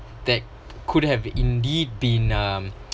that could have indeed been um